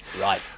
right